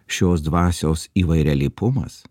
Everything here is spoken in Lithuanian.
šios dvasios įvairialypumas